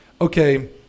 okay